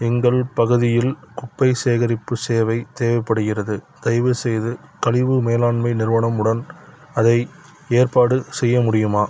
எங்கள் பகுதியில் குப்பை சேகரிப்புத் சேவை தேவைப்படுகிறது தயவுசெய்து கழிவு மேலாண்மை நிறுவனம் உடன் அதை ஏற்பாடு செய்ய முடியுமா